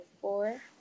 four